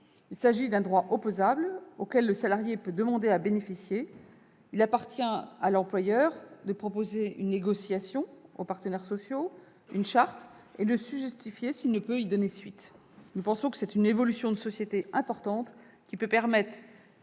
Il s'agit d'un droit opposable, auquel le salarié peut demander à bénéficier ; il appartiendra à l'employeur de proposer une négociation aux partenaires sociaux, d'élaborer une charte et de se justifier s'il ne peut donner suite à la demande. Nous pensons qu'il s'agit d'une évolution de société importante, qui peut permettre